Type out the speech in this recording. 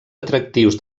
atractius